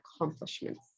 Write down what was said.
accomplishments